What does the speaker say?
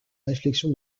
réflexion